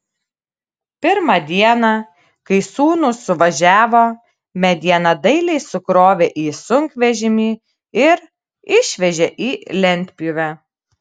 pirmą dieną kai sūnūs suvažiavo medieną dailiai sukrovė į sunkvežimį ir išvežė į lentpjūvę